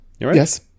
Yes